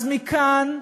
אז מכאן,